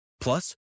Plus